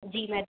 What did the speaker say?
जी madam